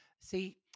See